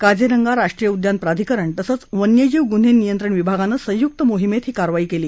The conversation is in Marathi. काझीरंगा राष्ट्रीय उद्यान प्राधिकरण तसंच वन्यजीव गुन्हे नियंत्रण विभागानं संयुक्त मोहिमेत ही कारवाई केली